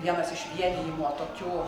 vienas iš vienijimo tokių